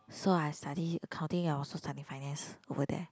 so I study accounting I also study finance over there